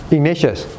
Ignatius